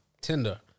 Tinder